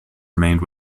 remained